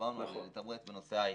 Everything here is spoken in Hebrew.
כשדיברנו על לתמרץ בנושא היי-טק.